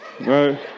right